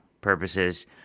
purposes